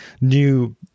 new